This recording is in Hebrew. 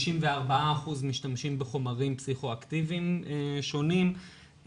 54% משתמשים בחומרים פסיכו אקטיביים שונים,